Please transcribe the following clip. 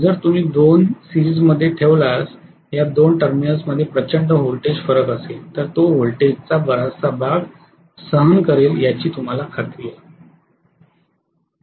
जर तुम्ही दोन मालिकांमधे किंवा सीरिजमध्ये ठेवल्यास या दोन टर्मिनल्स मध्ये प्रचंड व्होल्टेज फरक असेल तर तो व्होल्टेजचा बराचसा भाग सहन करेल याची तुम्हाला खात्री आहे